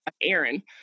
Aaron